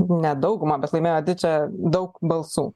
ne daugumą bet laimėjo didžiąją daug balsų